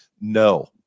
No